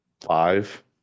five